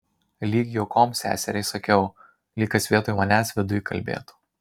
lyg juokom seseriai sakiau lyg kas vietoj manęs viduj kalbėtų